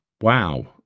Wow